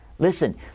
Listen